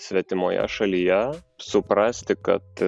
svetimoje šalyje suprasti kad